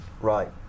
right